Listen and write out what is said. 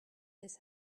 this